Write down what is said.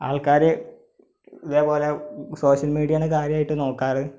ആൾക്കാർ ഇതേ പോലെ സോഷ്യല് മീഡിയയെ കാര്യമായിട്ട് നോക്കാറ്